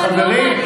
חברים,